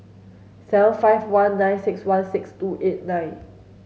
seven five one nine six one six two eight nine